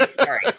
Sorry